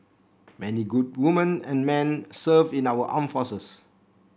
many good women and men serve in our arm forces